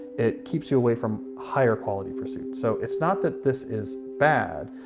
it keeps you away from higher quality pursuits so it's not that this is bad.